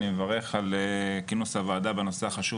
אני מברך על כינוס הוועדה בנושא החשוב